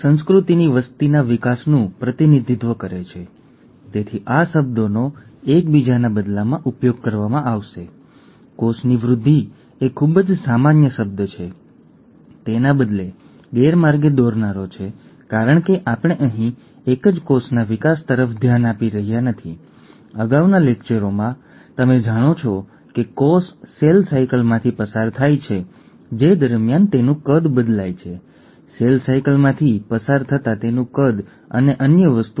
Sureshkumar Department of Biotechnology department of biotechnology Indian Institute of Technology Madras Indian institute of technology Madras Lecture Number 16 lecture number 16 Mendelian Genetics Genetic Disorders Mendelian genetics genetic disorders Mendelian genetics પર લેક્ચરના set પર આપનું સ્વાગત છે